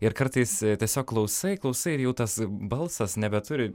ir kartais tiesiog klausai klausai ir jau tas balsas nebeturi